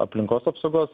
aplinkos apsaugos